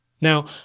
Now